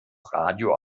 radio